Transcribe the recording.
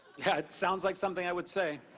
yeah, it sounds like something i would say.